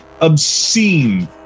obscene